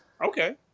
Okay